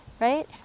right